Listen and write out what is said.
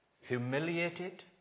humiliated